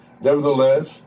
Nevertheless